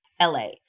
LA